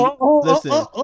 Listen